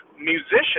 musicians